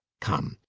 come!